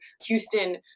Houston